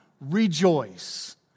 rejoice